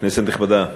כנסת נכבדה,